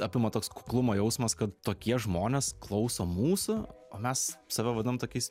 apima toks kuklumo jausmas kad tokie žmonės klauso mūsų o mes save vadinam tokiais